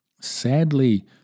Sadly